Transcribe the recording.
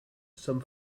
some